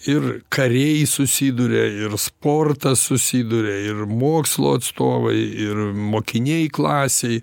ir kariai susiduria ir sportas susiduria ir mokslo atstovai ir mokiniai klasėj